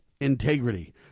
integrity